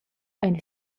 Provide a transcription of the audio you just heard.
ein